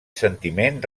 sentiment